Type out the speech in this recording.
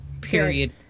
period